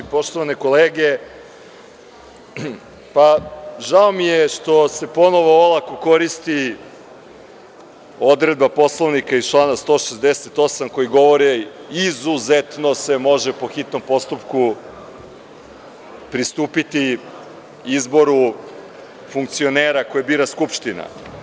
Poštovane kolege, žao mi je što se ponovo olako koristi odredba Poslovnika iz člana 168. koji govori – izuzetno se može po hitnom postupku pristupiti izboru funkcionera koje bira Skupština.